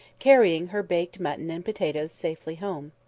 carrying her baked mutton and potatoes safely home.